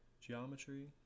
Geometry